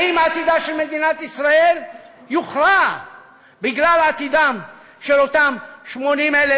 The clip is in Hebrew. האם עתידה של מדינת ישראל יוכרע בגלל עתידם של אותם 80,000,